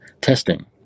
testing